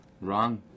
wrong